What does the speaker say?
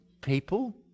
people